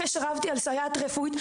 וזאת אחרי שרבתי על סייעת רפואית.